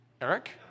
Eric